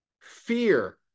Fear